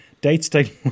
day-to-day